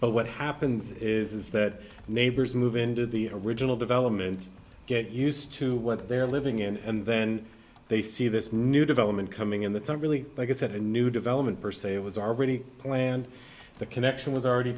but what happens is that neighbors move into the original development get used to what they're living in and then they see this new development coming in that's not really like it's at a new development per se it was already planned the connection was already